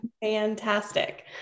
fantastic